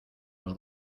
los